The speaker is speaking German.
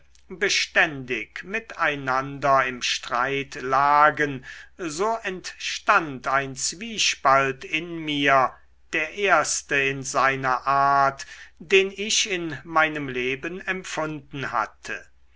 beständig mit einander im streit lagen so entstand ein zwiespalt in mir der erste in seiner art den ich in meinem leben empfunden hatte